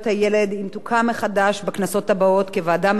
אם תוקם מחדש בכנסות הבאות כוועדה מיוחדת,